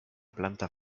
planta